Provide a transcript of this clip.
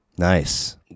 Nice